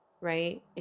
right